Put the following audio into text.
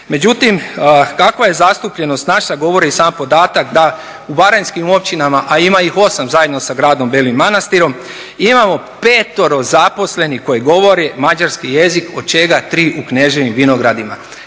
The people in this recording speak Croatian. Međutim, kakva je zastupljenost naša govori i sam podatak da u baranjskim općinama a ima ih 8 zajedno sa gradom Belim Manastirom imamo 5 zaposlenih koji govore mađarski jezik od čega 3 u Kneževim vinogradima.